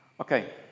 Okay